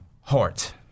heart